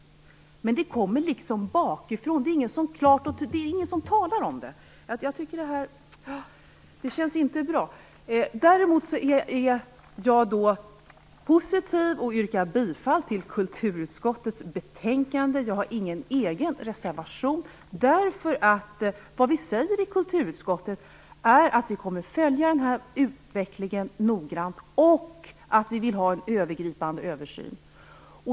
Men det kommer liksom bakifrån. Det är ingen som talar om det. Jag tycker inte att det känns bra. Däremot är jag positiv och yrkar bifall till hemställan i kulturutskottets betänkande. Jag har ingen egen reservation, eftersom vi i kulturutskottet säger att vi kommer följa den här utvecklingen noggrant och att vi vill ha en övergripande översyn.